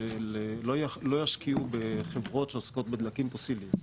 שלא ישקיעו בחברות שעוסקות בדלקים פוסילים.